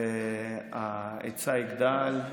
ההיצע יגדל,